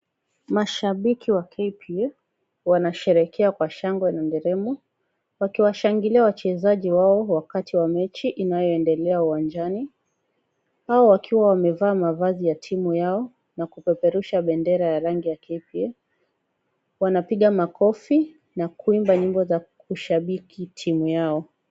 Mashabiki wa KPA wanasherehekea kwa shangwe na nderemo, wakiwashangilia wachezaji wao wakati wa mechi inayoendelea uwanjani. Hao wakiwa wamevaa mavazi ya timu yao na kupeperusha bendera ya rangi ya KPA. Wanapiga makofi na kuimba nyimbo za kushabiki timu yao.